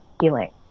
healing